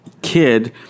kid